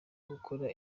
gukora